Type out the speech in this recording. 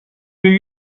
对于